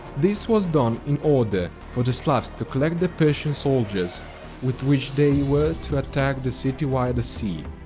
this was done in order for the slavs to collect the persian soldiers with which they were to attack the city via the sea.